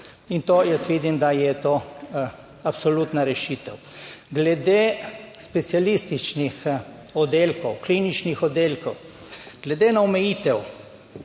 In to jaz vidim, da je to absolutna rešitev Glede specialističnih oddelkov, kliničnih oddelkov. Glede na omejitev,